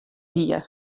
wie